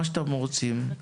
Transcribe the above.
מה שאתם רוצים.